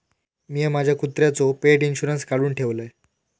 मिया माझ्या कुत्र्याचो पेट इंशुरन्स काढुन ठेवलय